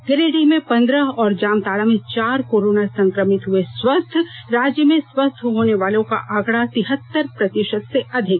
गिरिडीह में पंद्रह और जामताड़ा में चार कोरोना संक्रमित हुए स्वस्थ राज्य में स्वस्थ होने वालों का आंकड़ा तिहत्तर प्रतिषत से अधिक